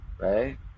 right